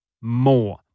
more